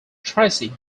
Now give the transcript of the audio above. tracy